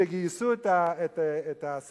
שגייסו את השרה,